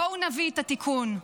בואו נביא את התיקון.